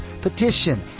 petition